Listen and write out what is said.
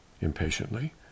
impatiently